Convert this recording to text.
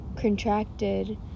contracted